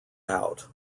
out